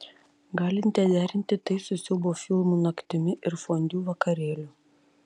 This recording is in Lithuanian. galite derinti tai su siaubo filmų naktimi ir fondiu vakarėliu